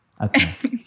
Okay